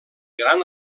gran